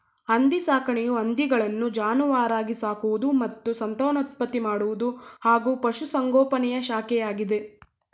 ಹಂದಿ ಸಾಕಾಣಿಕೆಯು ಹಂದಿಗಳನ್ನು ಜಾನುವಾರಾಗಿ ಸಾಕುವುದು ಮತ್ತು ಸಂತಾನೋತ್ಪತ್ತಿ ಮಾಡುವುದು ಹಾಗೂ ಪಶುಸಂಗೋಪನೆಯ ಶಾಖೆಯಾಗಿದೆ